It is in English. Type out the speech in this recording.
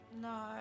No